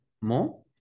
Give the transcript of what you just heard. more